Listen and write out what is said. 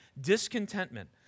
discontentment